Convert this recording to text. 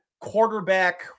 quarterback